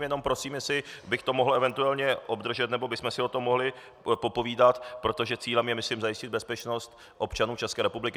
Jenom prosím, jestli bych to mohl eventuálně obdržet nebo bychom si o tom mohli popovídat, protože cílem je myslím zajistit bezpečnost občanů České republiky.